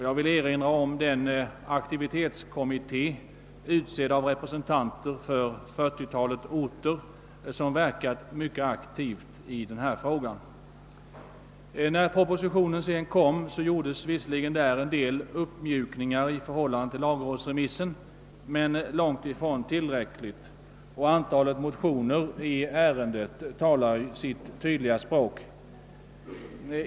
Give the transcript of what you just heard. Jag vill här erinra om den aktionskommitté som utsågs av representanter för ett fyrtiotal orter och som har verkat mycket aktivt i denna fråga. När propositionen sedan framlades föreslogs där visserligen en del uppmjukningar i förhållande till lagrådsremissen, men de var långt ifrån tillräckliga. Antalet motioner i ärendet talar ju också sitt tydliga språk.